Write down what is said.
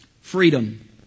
freedom